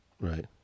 Right